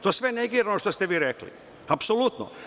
To sve negira ono što ste vi rekli, apsolutno.